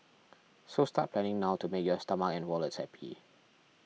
so start planning now to make your stomach and wallets happy